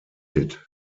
hit